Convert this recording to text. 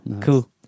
Cool